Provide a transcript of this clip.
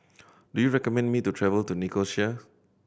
do you recommend me to travel to Nicosia